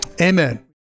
amen